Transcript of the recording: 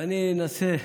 ואני אנסה להתחיל.